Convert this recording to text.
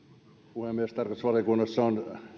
puhemies tarkastusvaliokunnassa on